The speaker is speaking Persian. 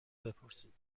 بپرسید